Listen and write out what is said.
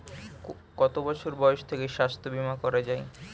কত বছর বয়স থেকে স্বাস্থ্যবীমা করা য়ায়?